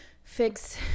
fix